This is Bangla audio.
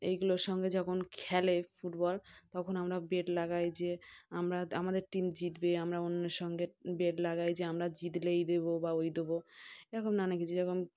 এইগুলোর সঙ্গে যখন খেলে ফুটবল তখন আমরা বেট লাগাই যে আমরা আমাদের টিম জিতবে আমরা অন্যের সঙ্গে বেট লাগাই যে আমরা জিতলে এই দেবো বা ওই দেবো এরকম নানা কিছু যেরকম